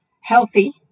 healthy